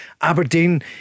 Aberdeen